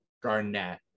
Garnett